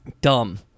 dumb